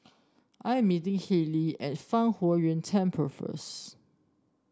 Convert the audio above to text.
I am meeting Hailey at Fang Huo Yuan Temple first